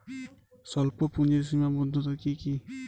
স্বল্পপুঁজির সীমাবদ্ধতা কী কী?